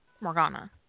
Morgana